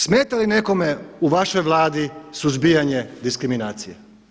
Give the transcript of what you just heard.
Smeta li nekome u vašoj Vladi suzbijanje diskriminacije?